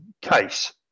case